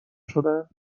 شدن